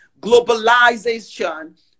globalization